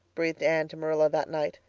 breathed anne to marilla that night.